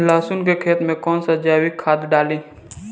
लहसुन के खेत कौन सा जैविक खाद डाली?